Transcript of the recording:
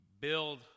build